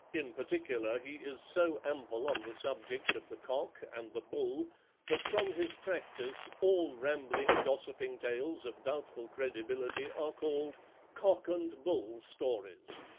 in particular he is so ample on the subject of the cock and the bull that from his practice, all rambling, gossiping tales of doubtful credibility are called cock and bull stories.